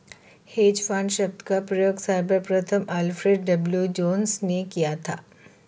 hedge fund शब्द का प्रयोग सर्वप्रथम अल्फ्रेड डब्ल्यू जोंस ने किया था